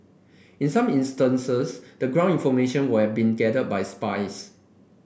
in some instances the ground information would have been gathered by spies